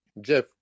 Jeff